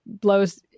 blows